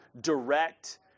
direct